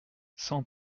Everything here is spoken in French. cent